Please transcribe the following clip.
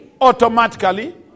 automatically